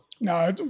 No